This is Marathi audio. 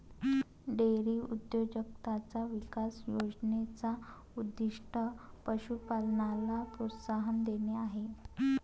डेअरी उद्योजकताचा विकास योजने चा उद्दीष्ट पशु पालनाला प्रोत्साहन देणे आहे